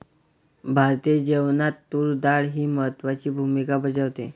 भारतीय जेवणात तूर डाळ ही महत्त्वाची भूमिका बजावते